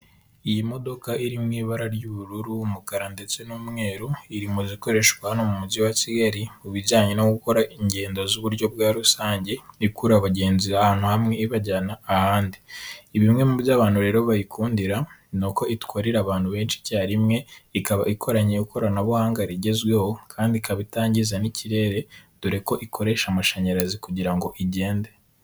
Iyi modoka iri mu ibara ry'ubururu, umukara ndetse n'umweru, iri mu zikoreshwa hano mu Mujyi wa Kigali mu bijyanye no gukora ingendo z'uburyo bwa rusange ikuru abagenzi ahantu hamwe ibajyana ahandi. Bimwe mu byo abantu rero bayikundira ni uko itwarira abantu benshi icyarimwe, ikaba ikoranye ikoranabuhanga rigezweho kandi ikaba itangiza n'ikirere dore ko ikoresha amashanyarazi kugira ngo igende.